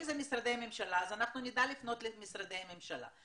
אם זה משרדי הממשלה אז אנחנו נדע לפנות למשרדי הממשלה.